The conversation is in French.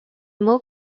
mots